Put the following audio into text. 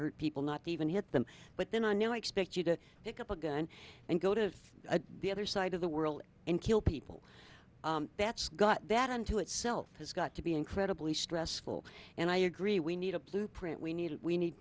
hurt people not even hit them but then on you i expect you to pick up a gun and go to the other side of the world and kill people that's got that unto itself has got to be incredibly stressful and i agree we need a blueprint we need it we need